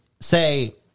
say